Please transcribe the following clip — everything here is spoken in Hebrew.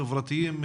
חברתיים,